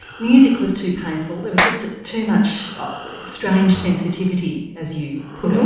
music was too painful there was just too much strange sensitivity, as you put it,